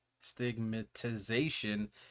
stigmatization